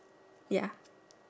ya